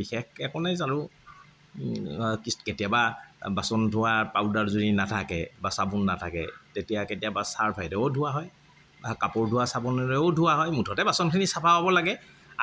বিশেষকৈ একো নাই কিচ কেতিয়াবা বাচন ধোৱা পাউদাৰ যদি নাথাকে বা চাবোন নাথাকে তেতিয়া কেতিয়াবা চাৰ্ফেৰেও ধোৱা হয় বা কাপোৰ ধোৱা চাবোনেৰেও ধোৱা হয় মুঠতে বাচনখিনি চাফা হ'ব লাগে